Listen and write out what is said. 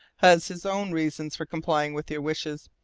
has his own reasons for complying with your wishes.